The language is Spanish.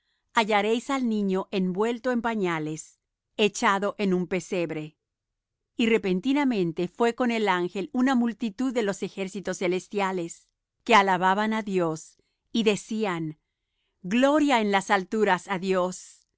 hallaréis al niño envuelto en pañales echado en un pesebre y repentinamente fué con el ángel una multitud de los ejércitos celestiales que alababan á dios y decían gloria en las alturas á dios